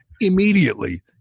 Immediately